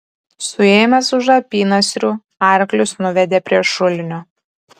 suėmęs už apynasrių arklius nuvedė prie šulinio